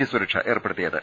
G സുരക്ഷ ഏർപ്പെടുത്തിയത്